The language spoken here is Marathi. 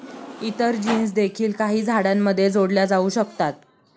इतर जीन्स देखील काही झाडांमध्ये जोडल्या जाऊ शकतात